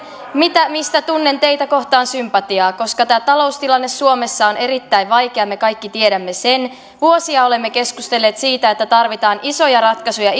mistä tunnen teitä kohtaan sympatiaa koska tämä taloustilanne suomessa on erittäin vaikea me kaikki tiedämme sen vuosia olemme keskustelleet siitä että tarvitaan isoja ratkaisuja